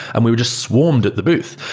and we were just swarmed at the booth.